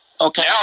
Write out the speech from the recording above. Okay